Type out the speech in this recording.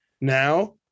now